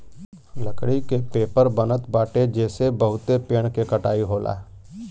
लकड़ी के पेपर बनत बाटे जेसे बहुते पेड़ के कटाई होला